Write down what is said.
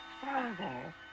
Father